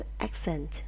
accent